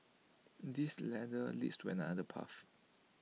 this ladder leads to another path